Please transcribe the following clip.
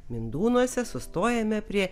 mindūnuose sustojame prie